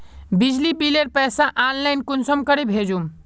बिजली बिलेर पैसा ऑनलाइन कुंसम करे भेजुम?